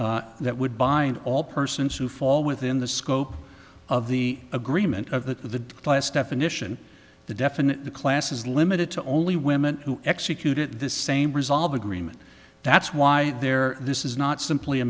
liability that would bind all persons who fall within the scope of the agreement of the class definition to deafen the class is limited to only women who executed this same resolve agreement that's why they're this is not simply a